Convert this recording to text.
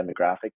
demographic